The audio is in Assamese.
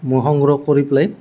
মই সংগ্ৰহ কৰি পেলাই